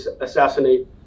assassinate